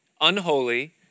unholy